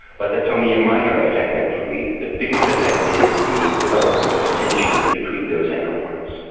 but that's only a minor effect actually, the biggest effect is the development of tension in between those anchor points.